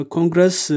Congress